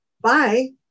bye